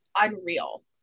unreal